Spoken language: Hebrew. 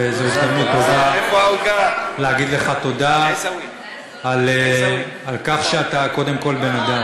זאת הזדמנות טובה להגיד לך תודה על כך שאתה קודם כול בן-אדם.